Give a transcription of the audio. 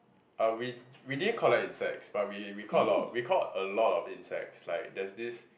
but we we didn't collect insects but we we caught we caught a lot of insects like there's this